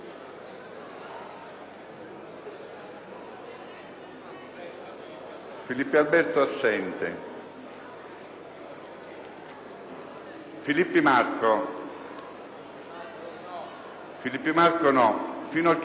Filippi Marco, Finocchiaro, Fioroni,